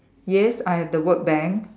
yes I have the word bank